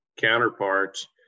counterparts